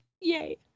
Yay